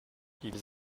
ils